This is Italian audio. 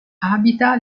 abita